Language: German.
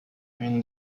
ein